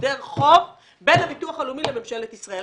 "הסדר חוב בין הביטוח הלאומי לממשלת ישראל".